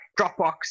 Dropbox